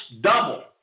double